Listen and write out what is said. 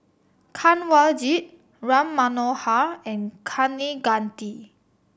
Kanwaljit Ram Manohar and Kaneganti